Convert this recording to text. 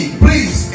please